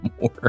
more